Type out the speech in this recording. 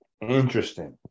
Interesting